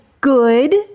good